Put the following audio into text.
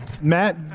Matt